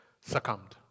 succumbed